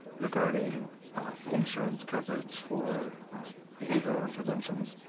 regarding insurance coverage for behavioral interventions,